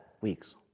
weeks